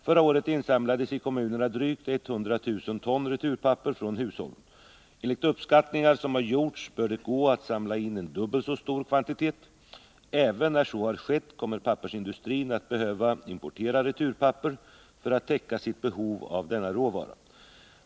Förra året insamlades i kommunerna drygt 100 000 ton returpapper från hushållen. Enligt uppskattningar som har gjorts bör det gå att samla in en dubbelt så stor kvantitet. Även när så har skett, kommer pappersindustrin att behöva importera returpapper för att täcka sitt behov av denna råvara.